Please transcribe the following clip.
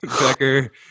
Becker